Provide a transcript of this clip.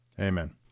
Amen